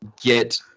get